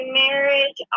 marriage